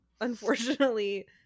unfortunately